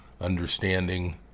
understanding